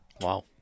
Wow